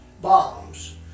bombs